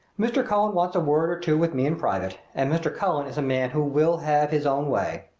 mr. cullen wants a word or two with me in private, and mr. cullen is a man who will have his own way.